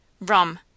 Rum